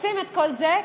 עושים את כל זה כדי,